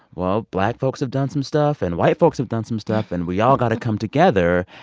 well, black folks have done some stuff, and white folks have done some stuff. and we all got to come together.